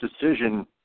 decision